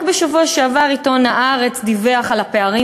רק בשבוע שעבר דיווח עיתון "הארץ" על הפערים